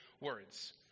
words